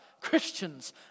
Christians